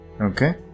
Okay